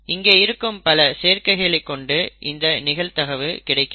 இங்கே இருக்கும் பல சேர்க்கைகளை கொண்டு இந்த நிகழ்தகவு கிடைத்தது